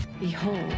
Behold